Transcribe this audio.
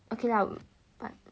okay lah but